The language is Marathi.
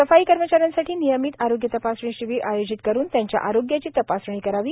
सफाई कर्मचा यांसाठी नियमित आरोग्य तपासणी शिबिर आयोजित करुन त्यांच्या आरोग्याची तपासणी करावी